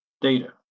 data